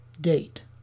Date